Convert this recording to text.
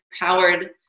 empowered